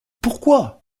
pourquoi